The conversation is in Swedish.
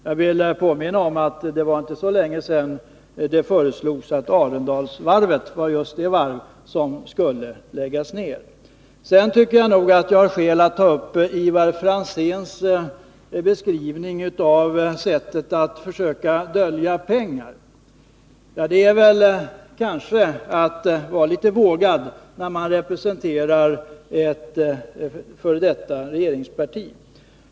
Jag vill påminna om att det inte var så länge sedan som det föreslogs att Arendalsvarvet skulle vara just det varv som skulle läggas ned. Sedan tycker jag nog att jag har skäl att ta upp Ivar Franzéns beskrivning av sättet att försöka dölja pengar. Det är kanske litet vågat att uttrycka sig så, när man representerar ett f. d. regeringsparti.